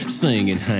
singing